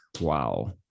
wow